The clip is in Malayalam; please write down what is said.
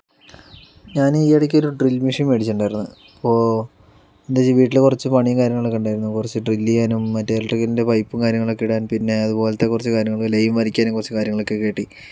ഞാൻ ഈയിടക്കൊരു ഡ്രിൽ മെഷീൻ മേടിച്ചിട്ടുണ്ടാരുന്നു അപ്പോൾ എൻ്റെ ഈ വീട്ടില് കുറച്ച് പണീം കാര്യങ്ങളൊക്കെ ഉണ്ടായിരുന്നു കുറച്ച് ഡ്രിൽ ചെയ്യാനും പിന്നെ എലെക്ട്രിക്കലിൻ്റെ പൈപ്പും കാര്യങ്ങളൊക്കെ ഇടാൻ പിന്നെ അതുപോലത്തെ കുറച്ച് കാര്യങ്ങള് ലെയിൻ വരയ്ക്കാനും കുറച്ച് കാര്യങ്ങളൊക്കെ കിട്ടി